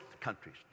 countries